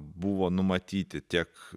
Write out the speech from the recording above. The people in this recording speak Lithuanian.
buvo numatyti tiek